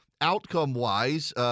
outcome-wise